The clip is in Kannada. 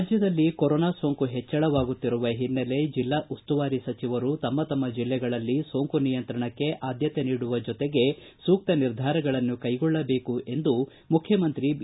ರಾಜ್ದದಲ್ಲಿ ಕೊರೋನಾ ಸೋಂಕು ಹೆಚ್ಚಳವಾಗುತ್ತಿರುವ ಓನ್ನೆಲೆಯಲ್ಲಿ ಜಿಲ್ಲಾ ಉಸ್ತುವಾರಿ ಸಚಿವರು ತಮ್ಮ ತಮ್ಮ ಜಿಲ್ಲೆಗಳಲ್ಲಿ ಸೋಂಕು ನಿಯಂತ್ರಣಕ್ಕೆ ಆದ್ಮತೆ ನೀಡುವ ಜೊತೆಗೆ ಸೂಕ್ತ ನಿರ್ಧಾರಗಳನ್ನು ಕೈಗೊಳ್ಳಬೇಕು ಎಂದು ಮುಖ್ಯಮಂತ್ರಿ ಬಿ